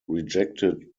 rejected